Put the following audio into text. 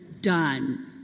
done